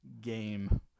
game